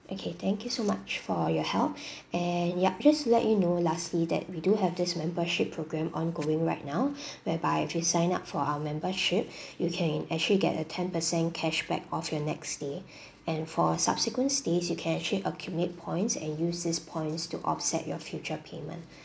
okay thank you so much for your help and yup just to let you know lastly that we do have this membership program ongoing right now whereby if you sign up for our membership you can actually get a ten percent cashback of your next stay and for subsequent stays you can actually accumulate points and use this points to offset your future payment